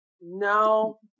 No